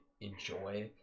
enjoy